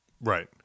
Right